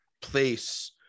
place